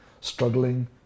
struggling